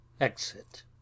Exit